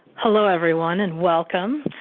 hello everyone and welcome.